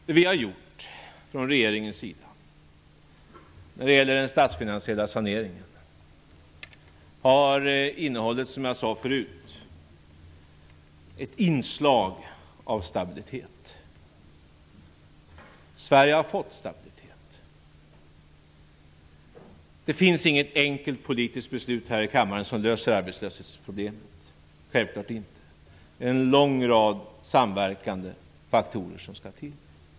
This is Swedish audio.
Det vi från regeringen har gjort när det gäller den statsfinansiella saneringen har, som jag sade tidigare, innehållit ett inslag av stabilitet. Sverige har fått stabilitet. Det finns inget enkelt politiskt beslut här i kammaren som löser arbetslöshetsproblemet, självfallet inte. Det är en lång rad samverkande faktorer som skall till.